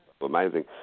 amazing